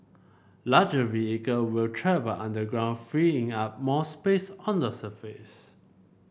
larger vehicle will travel underground freeing up more space on the surface